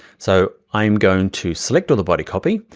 so i'm going to select all the body copy,